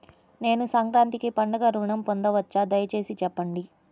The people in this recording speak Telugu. నేను సంక్రాంతికి పండుగ ఋణం పొందవచ్చా? దయచేసి చెప్పండి?